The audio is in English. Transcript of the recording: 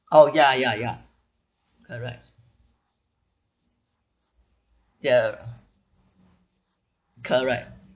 oh ya ya ya correct ya correct